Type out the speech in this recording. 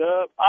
up